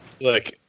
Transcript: Look